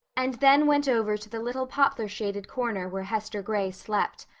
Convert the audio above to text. and then went over to the little poplar shaded corner where hester gray slept.